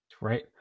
Right